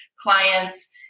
clients